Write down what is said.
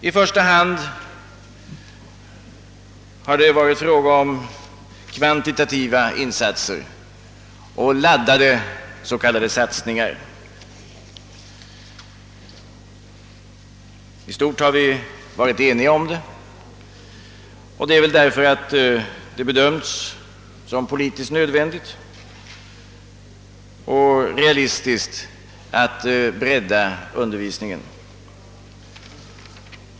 I första hand har det varit fråga om kvantitativa insatser och laddade s.k. satsningar. I stort har vi varit eniga därom, sannolikt därför att det bedöms som politiskt och realistiskt nödvändigt att bredda undervisningen.